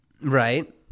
Right